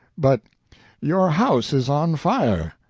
but your house is on fire.